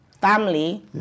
family